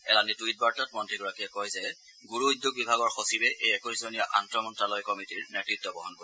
এলানি টুইট বাৰ্তাত মন্ত্ৰীগৰাকীয়ে কয় যে গুৰু উদ্যোগ বিভাগৰ সচিবে এই একৈশজনীয়া আন্তঃমন্ত্যালয় কমিটিৰ নেতৃত্ব বহন কৰিব